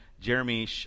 Jeremy